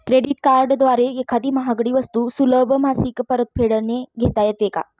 Credit कार्डद्वारे एखादी महागडी वस्तू सुलभ मासिक परतफेडने घेता येते का?